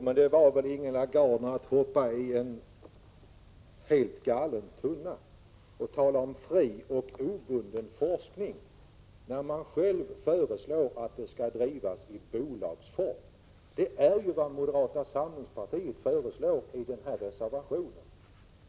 Herr talman! Att tala om fri och obunden forskning när man själv föreslår att den skall bedrivas i bolagsform är väl att hoppa i helt galen tunna, Ingela Gardner. Det är ju vad moderata samlingspartiet föreslår i reservationen.